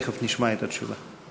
תכף נשמע את התשובה.